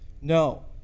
No